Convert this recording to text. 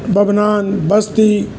बदनान बस्ती